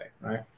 Right